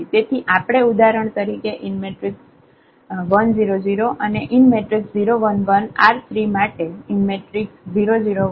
તેથી આપણે ઉદાહરણ તરીકે 1 0 0 અને 0 1 1 R3 માટે 0 0 1 આ લઇ શકીએ છીએ